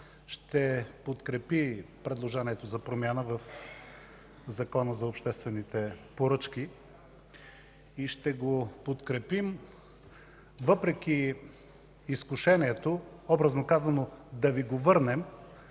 ще подкрепи предложението за промяна в Закона за обществените поръчки. Ще го подкрепим въпреки изкушението, образно казано, да Ви го върнем